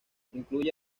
incluye